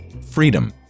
freedom